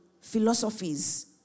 philosophies